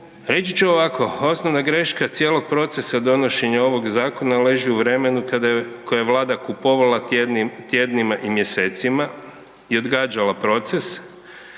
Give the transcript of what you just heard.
Reći ću ovako, osnovna greška cijelog procesa donošenja ovog zakona leži u vremenu kada je, koje je vlada kupovala tjednima i mjesecima i odgađala proces,